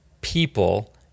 people